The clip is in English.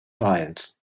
giants